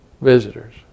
visitors